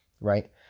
right